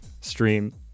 stream